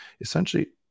essentially